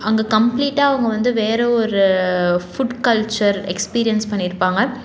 அங்கே கம்ப்ளீட்டாக அவங்க வந்து வேறே ஒரு ஃபுட் கல்ச்சர் எக்ஸ்பீரியன்ஸ் பண்ணியிருப்பாங்க